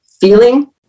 feeling